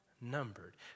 numbered